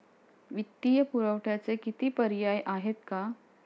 वित्तीय पुरवठ्याचे किती पर्याय आहेत का?